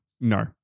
No